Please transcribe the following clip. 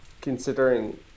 Considering